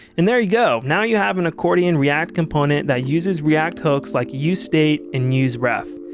and there you go, now you have an accordion react component that uses react hooks like usestate and useref.